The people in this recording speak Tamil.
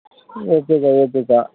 ம் ஓகேக்கா ஓகேக்கா